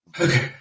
Okay